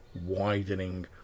widening